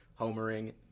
Homering